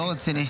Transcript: לא רציני.